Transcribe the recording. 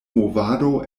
movado